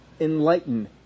enlighten